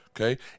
okay